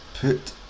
put